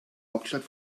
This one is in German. hauptstadt